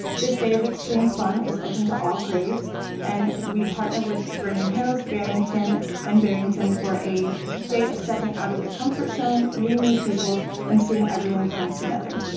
this day of extreme fun is open to all grades and we partner with vernon hills, and barrington for a day of stepping out of your comfort zone, meeting new people and seeing everyone come together.